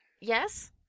Yes